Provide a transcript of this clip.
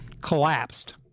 collapsed